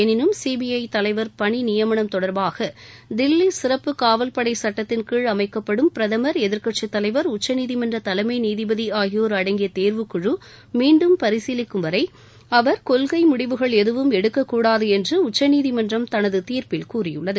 எளினும் சிபிஐ தலைவர் பனி நியமனம் தொடர்பாக தில்லி சிறப்புக் காவல் படை சுட்டத்தின்கீழ் அமைக்கப்படும் பிரதமர் எதிர்க்கட்சித் தலைவர் உச்சநீதிமன்ற தலைமை நீதிபதி ஆகியோர் அடங்கிய தேர்வுக்குழ மீண்டும் பரிசீலிக்கும் வரை அவர் கொள்கை முடிவுகள் எதுவும் எடுக்கக்கூடாது என்று உச்சநீதிமன்றம் தனது தீர்ப்பில் கூறியுள்ளது